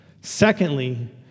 Secondly